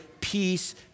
peace